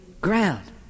ground